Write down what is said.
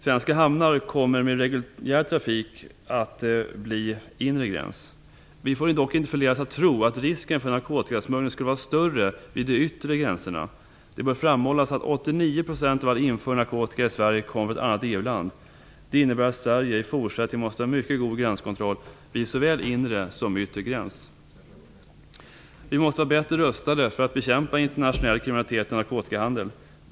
Svenska hamnar kommer med reguljär trafik att bli inre gräns. Vi får dock inte förledas att tro att risken för narkotikasmuggling skulle vara större vid de yttre gränserna. Det bör framhållas att 89 % av all införd narkotika i Sverige kommer via ett annat EU-land. Det innebär att Sverige i fortsättningen måste ha mycket god gränskontroll vid såväl inre som yttre gräns. Vi måste vara bättre rustade att bekämpa internationell kriminalitet och narkotikahandel.